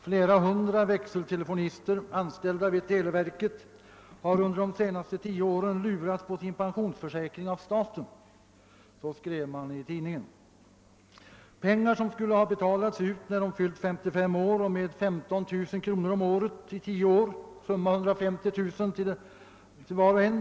Flera hundra växeltelefonister, anställda vid televerket, har under de senaste tio åren lurats på sin pensionsförsäkring av staten — så skrevs det i tidningarna. Pengarna skulle ha betalats ut vid 55 års ålder med 15 000 kronor per år under tio år, alltså summa 150 000 kronor till var och en.